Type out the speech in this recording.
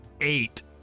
eight